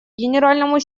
генеральному